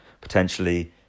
potentially